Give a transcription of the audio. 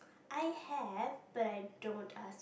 I have but I don't ask